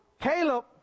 Caleb